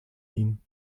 ihnen